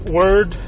word